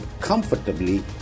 comfortably